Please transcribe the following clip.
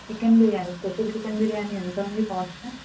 chicken biryani special chicken biryani ఎంత ఉంది cost